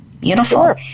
Beautiful